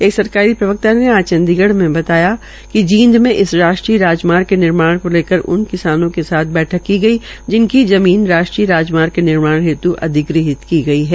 एक सरकारी प्रवक्ता ने आज चंडीगढ़ में बताया कि आज जींद में इस राष्ट्रीय राजमार्ग के निर्माण को लेकर उन किसानों के साथ बैठक की गई जिनकी जमीन राष्ट्रीय राजमार्ग के निर्माण हेतू अधिग्रहित की गई है